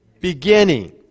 Beginning